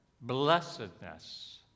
blessedness